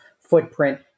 footprint